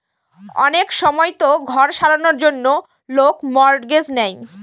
অনেক সময়তো ঘর সারানোর জন্য লোক মর্টগেজ নেয়